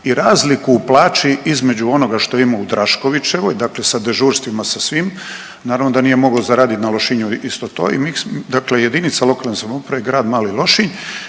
i razliku u plaći između onoga što je imao u Draškovićevoj dakle sa dežurstvima sa svim, naravno da nije mogao zaradit na Lošinju isto to i mi, dakle jedinica lokalne samouprave Grad Mali Lošinj